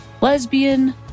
lesbian